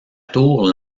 tour